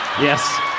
Yes